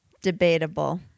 debatable